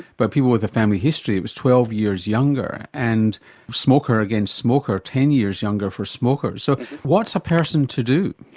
but people with a family history, it was twelve years younger, and smoker against smoker, ten years younger for smokers. so what's a person to do?